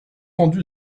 rendu